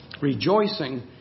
rejoicing